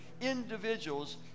individuals